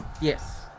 Yes